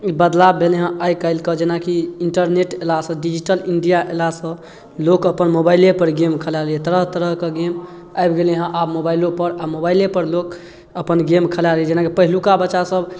बदलाव भेलै हँ आइकाल्हिके जेनाकि इन्टरनेट अएलासँ डिजिटल इण्डिया अएलासँ लोक अपन मोबाइलेपर गेम खेला लैए तरह तरहके आबि गेलै हँ आब मोबाइलोपर आओर मोबाइलेपर लोक अपन गेम खेला लैए जेनाकि पहिलुका बच्चासब